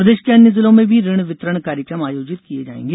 प्रदेश के अन्य जिलों में भी ऋण वितरण कार्यक्रम आयोजित किए जाएंगे